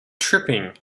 tripping